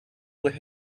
with